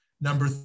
Number